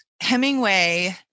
Hemingway